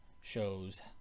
shows